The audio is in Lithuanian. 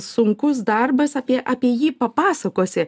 sunkus darbas apie apie jį papasakosi